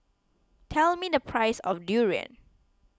tell me the price of Durian